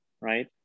right